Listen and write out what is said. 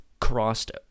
crossed